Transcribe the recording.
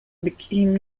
became